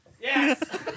yes